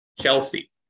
Chelsea